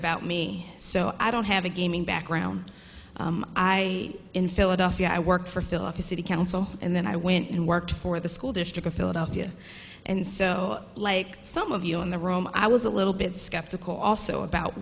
about me so i don't have a gaming background i in philadelphia i work for philip the city council and then i went and worked for the school district of philadelphia and so like some of you in the room i was a little bit skeptical also about